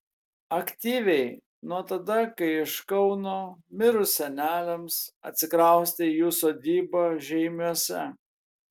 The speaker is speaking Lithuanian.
aktyviai nuo tada kai iš kauno mirus seneliams atsikraustė į jų sodybą žeimiuose